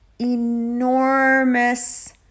enormous